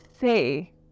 say